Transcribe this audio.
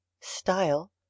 Style